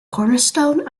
cornerstone